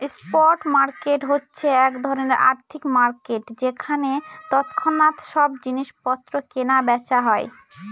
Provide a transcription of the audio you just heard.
spot market হচ্ছে এক ধরনের আর্থিক মার্কেট যেখানে তৎক্ষণাৎ সব জিনিস পত্র কেনা বেচা হয়